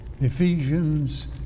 Ephesians